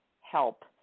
help